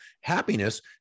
happiness